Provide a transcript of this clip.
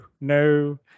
no